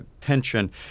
tension